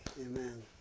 amen